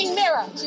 mirror